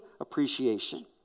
appreciation